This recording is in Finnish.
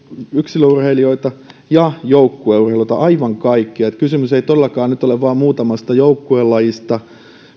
yksilöurheilijoita ja joukkueurheilijoita aivan kaikkia kysymys ei todellakaan nyt ole vain muutamasta joukkuelajista